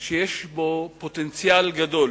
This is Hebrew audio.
שיש בו פוטנציאל גדול